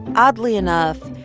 oddly enough,